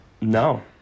No